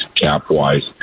cap-wise